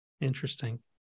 Interesting